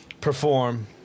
perform